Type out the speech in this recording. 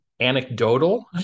anecdotal